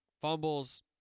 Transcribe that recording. fumbles